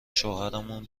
شوهرمون